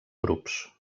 grups